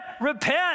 repent